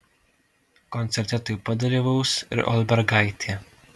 koncerte taip pat dalyvaus ir olbergaitė